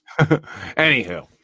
Anywho